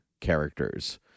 characters